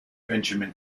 benjamin